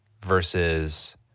versus